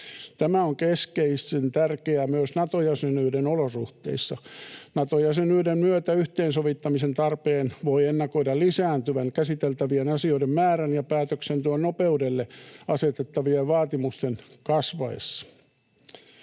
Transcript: Tämä on keskeisen tärkeää myös Nato-jäsenyyden olosuhteissa. Nato-jäsenyyden myötä yhteensovittamisen tarpeen voi ennakoida lisääntyvän käsiteltävien asioiden määrän ja päätöksenteon nopeudelle asetettavien vaatimusten kasvaessa.